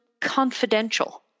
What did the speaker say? confidential